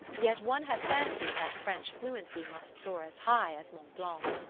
yet one had fancied that french fluency must soar as high as mont blanc.